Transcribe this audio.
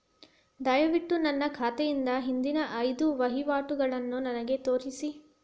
ದಯವಿಟ್ಟು ನನ್ನ ಖಾತೆಯಿಂದ ಹಿಂದಿನ ಐದು ವಹಿವಾಟುಗಳನ್ನು ನನಗೆ ತೋರಿಸಿ